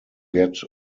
get